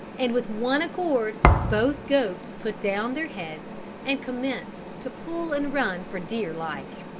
and with one accord both goats put down their heads and commenced to pull and run for dear life.